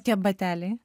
tie bateliai